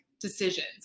decisions